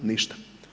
Ništa.